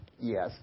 Yes